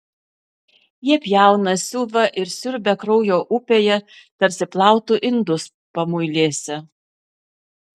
jie pjauna siuva ir siurbia kraujo upėje tarsi plautų indus pamuilėse